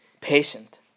patient